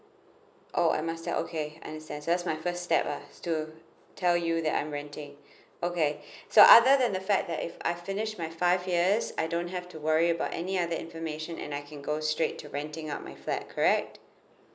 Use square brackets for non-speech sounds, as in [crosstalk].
oh I must that okay understand so that's my first step ah to tell you that I'm renting [breath] okay so other than the fact that if I finish my five years I don't have to worry about any other information and I can go straight to renting out my flat correct